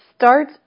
start